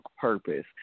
purpose